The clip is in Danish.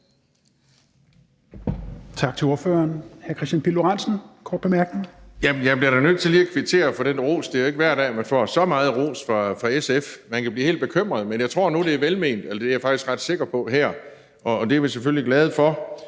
Tak til ordføreren. Hr. Kristian Pihl Lorentzen for en kort bemærkning. Kl. 16:22 Kristian Pihl Lorentzen (V): Jeg bliver da nødt til lige kvittere for den ros; det er jo ikke hver dag, man får så meget ros fra SF. Man kan blive helt bekymret, men jeg tror nu, det er velment – det er jeg faktisk ret sikker på er tilfældet her, og det er vi selvfølgelig glade for.